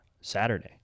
Saturday